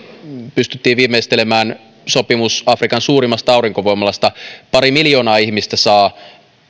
pystyimme viimeistelemään sopimuksen afrikan suurimmasta aurinkovoimalasta pari miljoonaa ihmistä saa